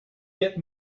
get